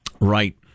Right